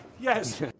Yes